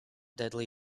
deadly